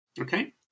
Okay